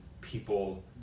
people